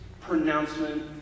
pronouncement